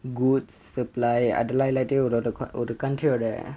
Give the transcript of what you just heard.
goods supply அதெல்லாம் இல்லாட்டி ஒரு:athellam illatti oru country ஓடே:ode